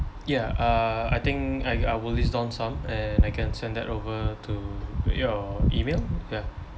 ya uh I think I I will list down some and I can send that over to your email ya